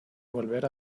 volver